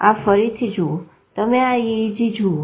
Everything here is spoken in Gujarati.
આ ફરીથી જુઓ તમે આ EEG જુઓ